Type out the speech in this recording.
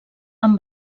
amb